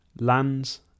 lands